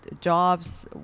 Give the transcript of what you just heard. jobs